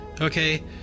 okay